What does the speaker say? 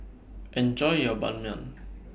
Enjoy your Ban Mian